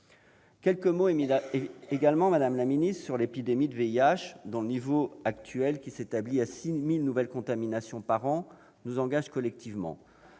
Je dirai également quelques mots sur l'épidémie de VIH, dont le niveau actuel, qui s'établit à 6 000 nouvelles contaminations par an, nous engage collectivement.